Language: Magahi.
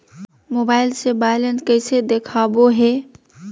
मोबाइल से बायलेंस कैसे देखाबो है?